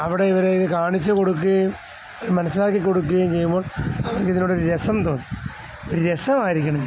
അവിടെ ഇവരെ ഇത് കാണിച്ച് കൊടുക്കുകയും മനസ്സിലാക്കി കൊടുക്കുകയും ചെയ്യുമ്പോൾ അവരിതിനോടൊരു രസം തോന്നും ഒരു രസമായിരിക്കണം